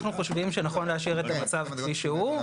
אנחנו חושבים שנכון להשאיר את המצב כפי שהוא,